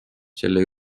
selle